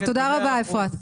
טוב, תודה רבה אפרת.